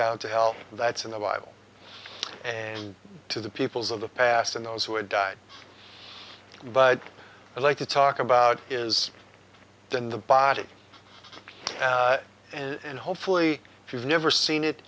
down to hell that's in the bible and to the peoples of the past and those who had died but i'd like to talk about is then the body and hopefully if you've never seen it